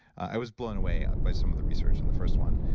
i was blown away by some of the research in the first one.